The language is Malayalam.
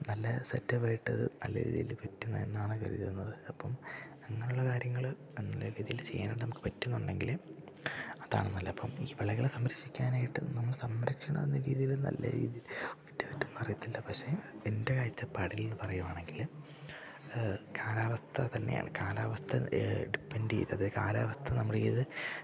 നല്ല സെറ്റപ്പായിട്ട് അത് നല്ല രീതിയിൽ പറ്റുന്ന എന്നാണ് കരുതുന്നത് അപ്പം അങ്ങനെയുള്ള കാര്യങ്ങൾ നല്ല രീതിയിൽ ചെയ്യാനായിട്ട് നമുക്ക് പറ്റുന്നുണ്ടെങ്കിൽ അതാണ് നല്ലത് അപ്പം ഈ വിളകളെ സംരക്ഷിക്കാനായിട്ട് നമ്മൾ സംരക്ഷണമെന്ന രീതിയിൽ നല്ല രീതി കുറ്റമറ്റ അറിയത്തില്ല പക്ഷേ എൻ്റെ കാഴ്ചപ്പാടിൽ നിന്ന് പറയുകയാണെങ്കിൽ കാലാവസ്ഥ തന്നെയാണ് കാലാവസ്ഥ ഡിപ്പെൻഡ് ചെയ്തത് കാലാവസ്ഥ നമ്മുടെ ഏത്